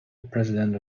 president